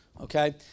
Okay